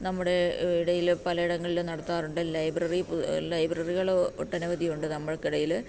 നമ്മുടെ ഇടയിൽ പലയിടങ്ങളിൽ നടത്താറുണ്ട് ലൈബ്രറി പോ ലൈബ്രറികള് ഒട്ടനവധി ഉണ്ട് നമ്മൾക്ക് ഇടയിൽ